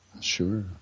sure